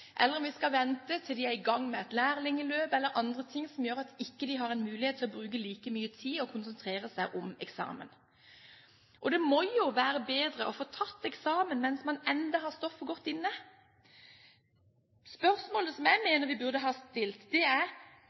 eller om vi skal vente til de er i gang med et lærlingløp eller andre ting som gjør at de ikke har mulighet til å bruke like mye tid til å konsentrere seg om eksamen. Det må jo være bedre å få tatt eksamen mens man ennå har stoffet godt inne. Spørsmålet jeg mener vi burde ha stilt, er: